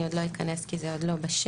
אני לא אכנס כי זה עוד לא בשל.